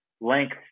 length